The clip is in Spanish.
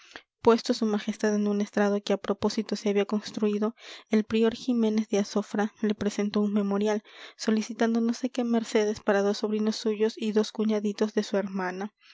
puesto su majestad en un estrado que a propósito se había construido el prior ximénez de azofra le presentó un memorial solicitando no sé qué mercedes para dos sobrinos suyos y dos cuñaditos de su hermana